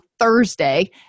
Thursday